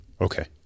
Okay